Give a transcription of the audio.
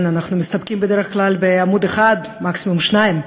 אנחנו מסתפקים בדרך כלל בעמוד אחד, מקסימום שניים,